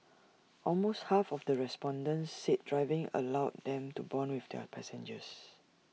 but my parents who run A small shop cannot afford to send me abroad